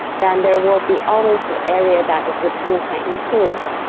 then there will be always the area that the tool can improve.